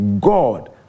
God